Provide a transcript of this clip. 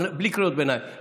אז בלי קריאות ביניים.